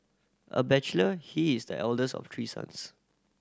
a bachelor he is the eldest of three sons